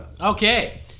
Okay